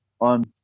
on –